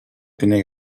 tiene